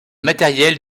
matériels